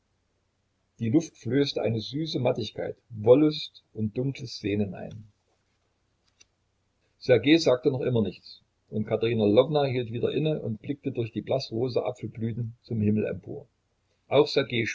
die luft flößte eine süße mattigkeit wollust und dunkles sehnen ein ssergej sagte noch immer nichts und katerina lwowna hielt wieder inne und blickte durch die blaßrosa apfelblüten zum himmel empor auch